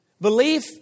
belief